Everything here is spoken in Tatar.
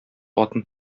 атын